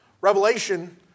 Revelation